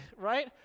right